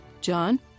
John